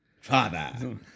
Father